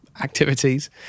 activities